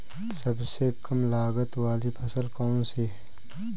सबसे कम लागत वाली फसल कौन सी है?